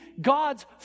God's